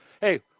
hey